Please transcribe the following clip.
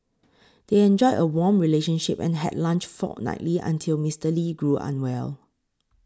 they enjoyed a warm relationship and had lunch fortnightly until Mister Lee grew unwell